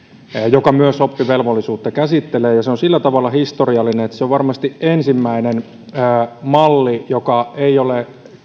joka myös oppivelvollisuutta käsittelee se on sillä tavalla historiallinen että se on varmasti ensimmäinen malli joka ei ole